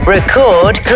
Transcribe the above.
Record